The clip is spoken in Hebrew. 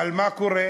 אבל מה קורה?